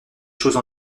choses